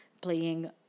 playing